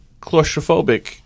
claustrophobic